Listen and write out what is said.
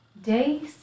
Day